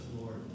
Lord